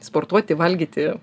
sportuoti valgyti